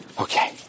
Okay